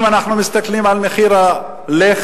אם אנחנו מסתכלים על מחיר הלחם,